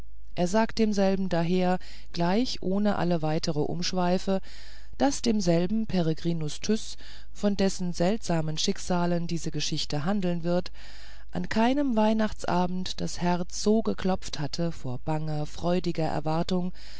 er sagt demselben daher gleich ohne alle weitere umschweife daß demselben peregrinus tyß von dessen seltsamen schicksalen diese geschichte handeln wird an keinem weihnachtsabende das herz so geklopft hatte vor banger freudiger erwartung